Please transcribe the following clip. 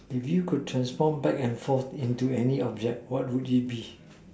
if you can transform back and fore into any object what would it be